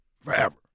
forever